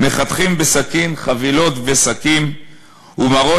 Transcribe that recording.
// מחתכים בסכין / חבילות ושקים / ומראים